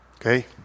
Okay